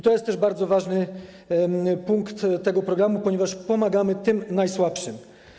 To jest też bardzo ważny punkt tego programu, ponieważ pomagamy najsłabszym.